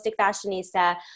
Fashionista